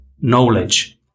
knowledge